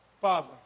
Father